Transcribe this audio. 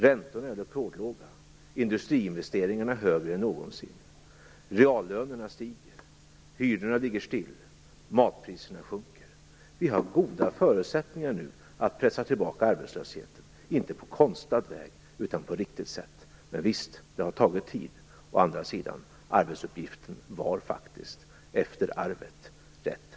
Räntorna är rekordlåga, industriinvesteringarna är högre än någonsin, reallönerna stiger, hyrorna ligger still, matpriserna sjunker. Vi har goda förutsättningar nu att pressa tillbaka arbetslösheten, inte på konstlad väg utan på ett riktigt sätt. Men, visst, det har tagit tid. Å andra sidan var arbetsuppgiften efter arvet rätt aktningsvärd.